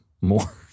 more